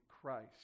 Christ